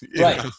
right